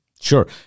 Sure